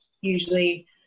usually